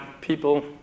people